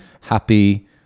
Happy